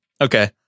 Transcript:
Okay